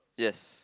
yes